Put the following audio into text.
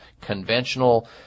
conventional